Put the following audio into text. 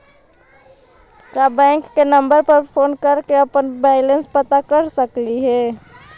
का बैंक के नंबर पर फोन कर के अपन बैलेंस पता कर सकली हे?